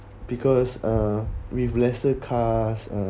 because uh with lesser cause